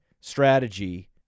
strategy